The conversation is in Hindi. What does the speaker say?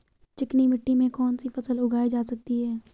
चिकनी मिट्टी में कौन सी फसल उगाई जा सकती है?